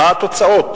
מה התוצאות.